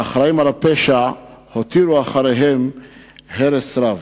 האחראים לפשע הותירו אחריהם הרס רב.